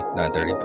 9:30